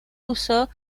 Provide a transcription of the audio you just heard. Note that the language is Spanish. uso